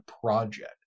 project